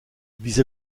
vis